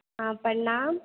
हँ प्रणाम